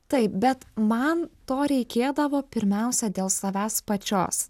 taip bet man to reikėdavo pirmiausia dėl savęs pačios